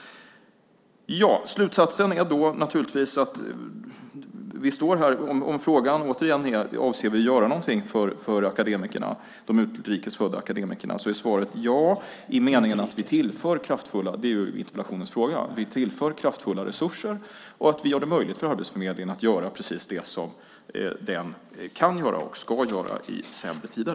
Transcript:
Slutsatsen blir naturligtvis följande: När vi står här och frågan återigen är om vi avser att göra något för de utrikes födda akademikerna är svaret ja, i den meningen att vi tillför - det är ju vad frågan i interpellationen handlar om - kraftfulla resurser och att vi gör det möjligt för Arbetsförmedlingen att göra precis det som den kan göra och ska göra i sämre tider.